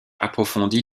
approfondie